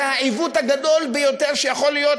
זה העיוות הגדול ביותר שיכול להיות,